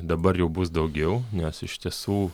dabar jau bus daugiau nes iš tiesų